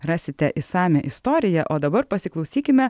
rasite išsamią istoriją o dabar pasiklausykime